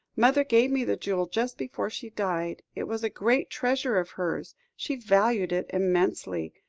mother gave me the jewel just before she died. it was a great treasure of hers she valued it immensely.